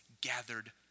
gathered